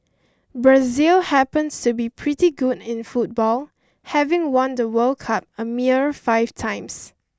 Brazil happens to be pretty good in football having won the World Cup a mere five times